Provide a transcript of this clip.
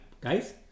guys